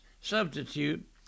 substitute